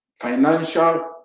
financial